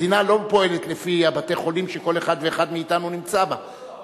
המדינה לא פועלת לפי בתי-החולים שכל אחד ואחד מאתנו נמצא בהם,